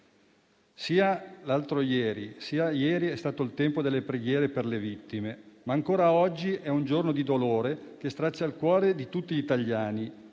Sia l'altro ieri sia ieri è stato il tempo delle preghiere per le vittime, ma ancora oggi è un giorno di dolore, che strazia il cuore di tutti gli italiani.